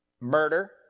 Murder